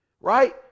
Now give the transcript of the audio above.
right